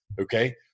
Okay